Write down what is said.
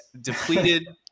depleted